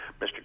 Mr